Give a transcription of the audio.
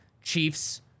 Chiefs